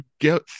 get